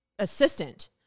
assistant